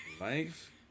Life